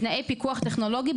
פיקוח טכנולוגי,